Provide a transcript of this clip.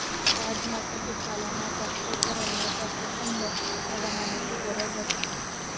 राजमाच्या पिकाला ना जास्त गरम ना जास्त थंड हवामानाची गरज असते